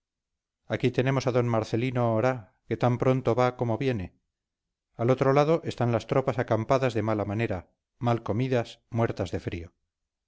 aquí tenemos a d marcelino oraa que tan pronto va como viene al otro lado están las tropas acampadas de mala manera mal comidas muertas de frío